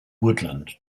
woodland